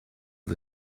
the